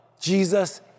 Jesus